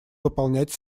выполнять